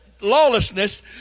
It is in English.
lawlessness